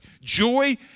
Joy